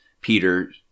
Peter